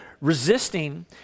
resisting